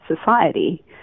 society